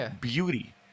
beauty